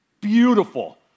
Beautiful